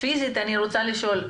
אני רוצה לשאול,